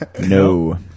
No